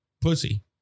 pussy